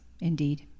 indeed